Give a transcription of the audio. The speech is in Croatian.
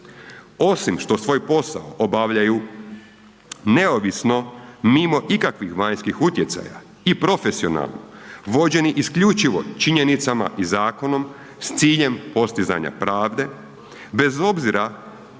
Osim što svoj posao obavljaju neovisno mimo ikakvih vanjskih utjecaja i profesionalno, vođeni isključivo činjenicama i zakonom s ciljem postizanja pravde bez obzira